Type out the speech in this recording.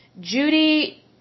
Judy